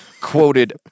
quoted